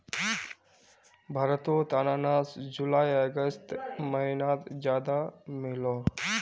भारतोत अनानास जुलाई अगस्त महिनात ज्यादा मिलोह